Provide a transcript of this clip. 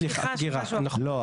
נכון.